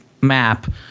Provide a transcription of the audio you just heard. map